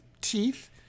teeth